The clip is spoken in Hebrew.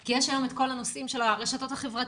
כי יש היום כל הנושאים של הרשתות החברתיות.